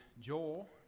Joel